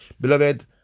Beloved